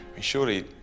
Surely